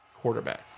quarterback